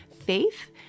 faith